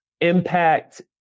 impact